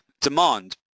demand